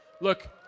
Look